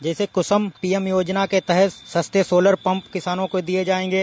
जैसे कुसुम पीएम योजना के तहत सस्ते सोलर पंप किसानों को दिए जाएंगे